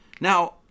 Now